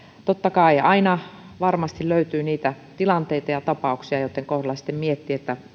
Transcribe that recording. totta kai aina varmasti löytyy niitä tilanteita ja tapauksia joitten kohdalla miettii